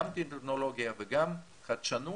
גם טכנולוגיה וגם חדשנות.